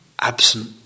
absent